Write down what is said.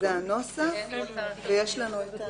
את הנקודה הנוספת שאנחנו מעלים אנחנו מעלים גם